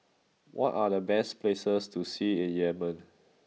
what are the best places to see in Yemen